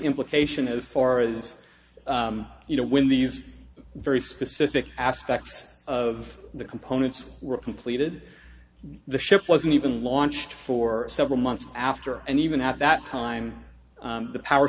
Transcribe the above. implication as far as you know when these very specific aspects of the components were completed the ship wasn't even launched for several months after and even at that time the power